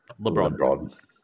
LeBron